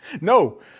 No